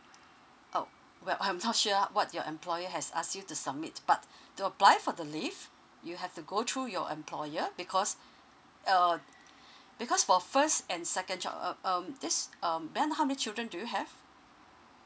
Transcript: oh well I'm not sure what your employee has ask you to submit but to apply for the leave you have to go through your employer because err because for first and second child uh um this um may I know how many children do you have